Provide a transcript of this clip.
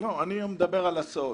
לא, אני מדבר על הסעות.